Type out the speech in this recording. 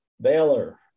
Baylor